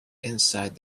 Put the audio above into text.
inside